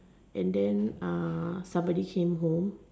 and then uh somebody came home